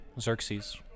Xerxes